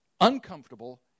uncomfortable